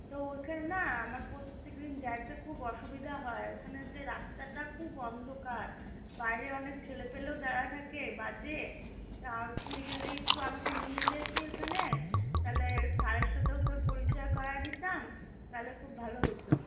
তো ওইখানে না আমার প্রত্যেক দিন যেতে খুব অসুবিধা হয় ওখানে যে রাস্তাটা খুব অন্ধকার বাইরে অনেক ছেলে পুলেও দাঁড়িয়ে থাকে বাজে তা তুই যদি একটু আমাকে নিয়ে যেতিস ওখানে তাহলে সারের সাথেও তোর পরিচয় করিয়ে দিতাম তাহলে খুব ভালো হতো